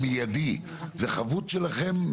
גם אם יש מידע שאתה רוצה להגיד והוא רוצה להגיד וכו',